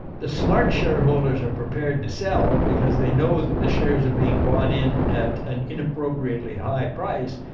the smart shareholders are prepared to sell because they know that the shares are being bought in at an inappropriately high price.